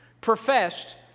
professed